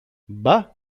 μπα